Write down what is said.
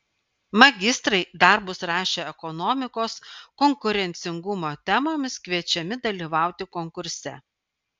magistrai darbus rašę ekonomikos konkurencingumo temomis kviečiami dalyvauti konkurse